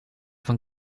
van